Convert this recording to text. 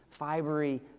fibery